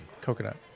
coconut